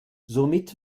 somit